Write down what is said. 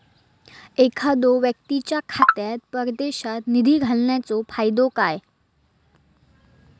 एखादो व्यक्तीच्या खात्यात परदेशात निधी घालन्याचो फायदो काय?